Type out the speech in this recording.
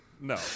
No